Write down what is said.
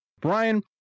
Brian